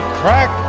crack